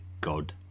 god